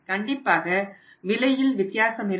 கண்டிப்பாக விலையில் வித்தியாசம் இருக்கும்